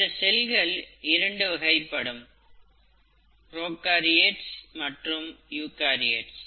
இந்த செல்கள் இரண்டு வகைப்படும் ப்ரோகாரியோட்ஸ் மற்றும் யூகரியோட்ஸ்